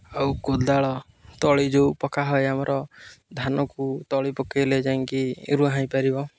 ଆଉ କୋଦାଳ ତଳି ଯେଉଁ ପକାହୁଏ ଆମର ଧାନକୁ ତଳି ପକାଇଲେ ଯାଇକି ରୁଆ ହୋଇପାରିବ